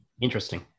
interesting